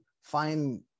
find